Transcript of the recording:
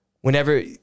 whenever